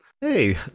Hey